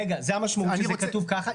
רגע, זו המשמעות כשזה כתוב ככה.